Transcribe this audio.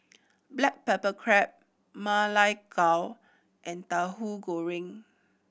black pepper crab Ma Lai Gao and Tauhu Goreng